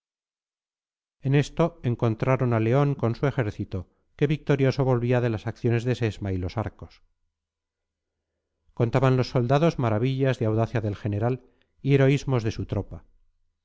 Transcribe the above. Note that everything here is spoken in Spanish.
en esto encontraron a león con su ejército que victorioso volvía de las acciones de sesma y los arcos contaban los soldados maravillas de audacia del general y heroísmos de su tropa